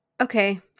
okay